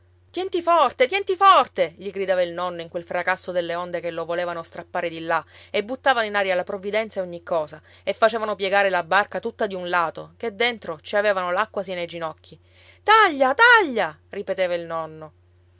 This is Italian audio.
tienti forte tienti forte gli gridava il nonno in quel fracasso delle onde che lo volevano strappare di là e buttavano in aria la provvidenza e ogni cosa e facevano piegare la barca tutta di un lato che dentro ci avevano l'acqua sino ai ginocchi taglia taglia ripeteva il nonno